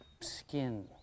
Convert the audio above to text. skin